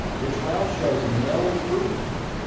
your trial shows no improvement,